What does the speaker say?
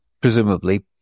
presumably